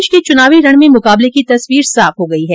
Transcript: प्रदेश के चुनावी रण में मुकाबले की तस्वीर साफ हो गयी है